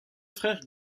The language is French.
frère